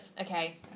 Okay